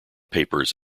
papers